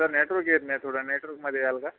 sir network येत नाही थोडं नेटर्कमध्ये याल का